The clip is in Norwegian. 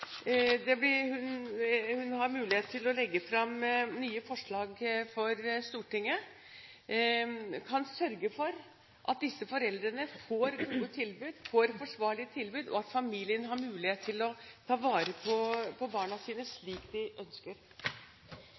å legge fram nye forslag for Stortinget kan sørge for at disse foreldrene får gode tilbud, får forsvarlige tilbud, og at familien har mulighet til å ta vare på barna sine slik de ønsker.